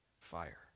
Fire